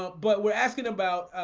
but but we're asking about